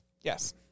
Yes